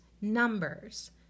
Numbers